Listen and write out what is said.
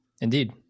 Indeed